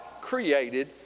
created